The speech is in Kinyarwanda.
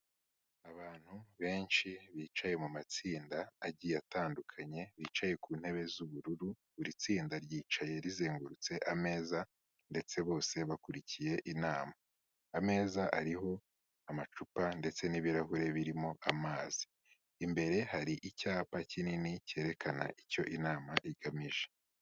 Abantu benshi bicaye mu matsinda agiye atandukanye, bicaye ku ntebe z'ubururu, buri tsinda ryicaye rizengurutse ameza ndetse bose bakurikiye inama. Ameza ariho amacupa ndetse n'ibirahure birimo amazi, imbere hari icyapa kinini cyerekana icyo inama igamije.